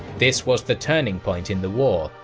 this was the turning point in the war,